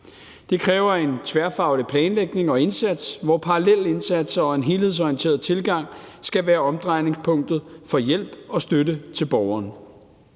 Det kræver en tværfaglig planlægning og indsats, hvor parallelle indsatser og en helhedsorienteret tilgang skal være omdrejningspunktet for hjælp og støtte til borgeren.